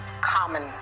common